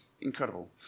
incredible